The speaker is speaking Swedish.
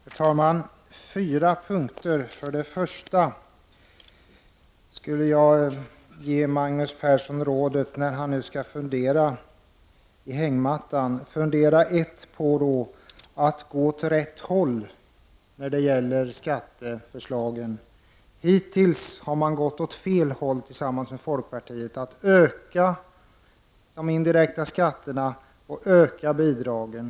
Herr talman! Jag skall beröra fyra saker i punktform. För det första vill jag ge Magnus Persson rådet, när han nu skall fundera i hängmattan, att gå åt rätt håll i fråga om skatteförslagen. Hittills har socialdemokratin tillsammans med folkpartiet gått åt fel håll genom att höja de indirekta skatterna samt höja bidragen.